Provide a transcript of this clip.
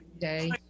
day